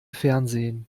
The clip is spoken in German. fernsehen